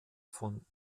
von